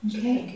Okay